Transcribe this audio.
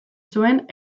zuen